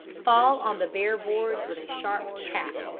fall on the bare boards with a sharp tap,